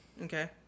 Okay